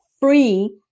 free